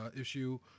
issue-